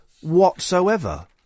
whatsoever